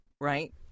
Right